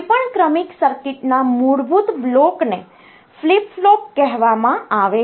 કોઈપણ ક્રમિક સર્કિટના મૂળભૂત બ્લોકને ફ્લિપ ફ્લોપ કહેવામાં આવે છે